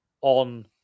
on